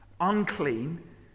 unclean